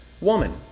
woman